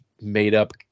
made-up